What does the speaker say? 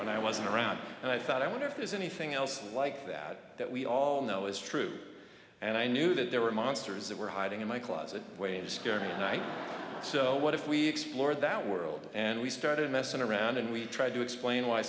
when i wasn't around and i thought i wonder if there's anything else like that that we all know is true and i knew that there were monsters that were hiding in my closet waves night so what if we explored that world and we started messing around and we tried to explain why